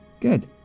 Good